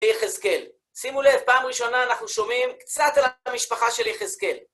יחזקאל, שימו לב, פעם ראשונה אנחנו שומעים קצת על המשפחה של יחזקאל.